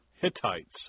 Hittites